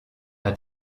hat